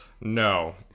No